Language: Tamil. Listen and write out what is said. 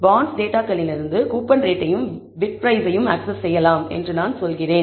எனவே பாண்ட்ஸ் டேட்டாகளிலிருந்து கூப்பன் ரேட்டையும் பிட் பிரைஸையும் அக்சஸ் செய்யலாம் என்று நான் சொல்கிறேன்